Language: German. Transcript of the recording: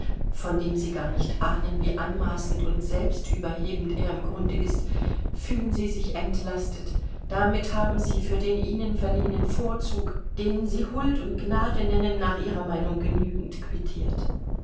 von dem sie gar nicht ahnen wie anmaßend und selbstüberhebend er im grunde ist fühlen sie sich entlastet damit haben sie für den ihnen verliehenen vorzug den sie huld und gnade nennen nach ihrer meinung genügend quittiert